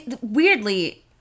weirdly